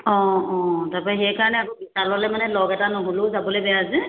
অঁ অঁ তাৰ পৰা সেইকাৰণে আকৌ বিশাললে মানে লগ এটা নহ'লেও যাবলে বেয়া যে